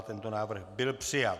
Tento návrh byl přijat.